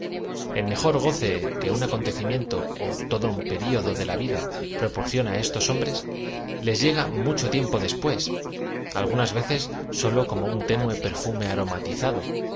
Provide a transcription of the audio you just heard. me jor goce que un acontecimiento ó todo un periodo de la vida proporciona á estos hombrea les llega mucho tiempo después algunas veces sólo como un tenue perfume aromatizado